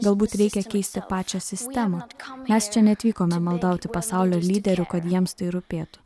galbūt reikia keisti pačią sistemą mes čia neatvykome maldauti pasaulio lyderių kad jiems tai rūpėtų